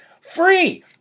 free